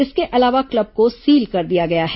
इसके अलावा क्लब को सील कर दिया गया है